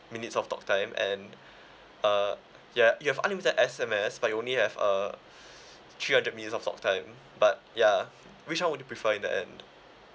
minutes of talk time and uh ya you have unlimited S_M_S but you only have uh three hundred minutes of talk time but ya which one would you prefer in the end